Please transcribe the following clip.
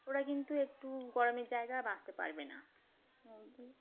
ওরা কিন্তু একটু গরমের জায়গা বাঁচতে পারবে না মধ্যে